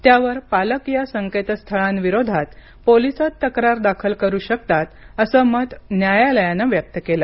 त्यावर पालक या संकेतस्थळांविरोधात पोलिसात तक्रार दाखल करू शकतात असं मत न्यायालयानं व्यक्त केलं